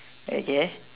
okay